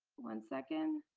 one second.